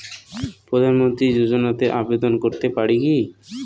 প্রধানমন্ত্রী যোজনাতে আবেদন করতে পারি কি?